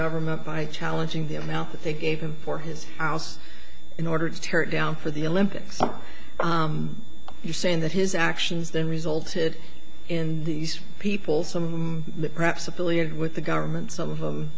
government by challenging the amount that they gave him for his house in order to tear it down for the olympics are you saying that his actions then resulted in these people some perhaps affiliated with the government some of